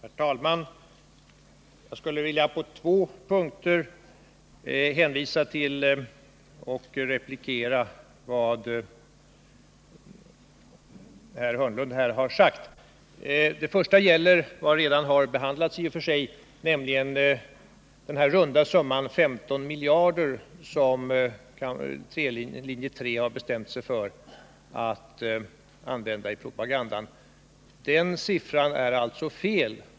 Herr talman! Jag skulle på två punkter vilja replikera herr Hörnlund. Den första punkten gäller det som redan har behandlats, nämligen den runda summan 15 miljarder, som linje 3 har bestämt sig för att använda i propagandan. Den siffran är felaktig.